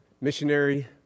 Missionary